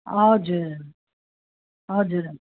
हजुर हजुर